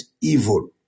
evil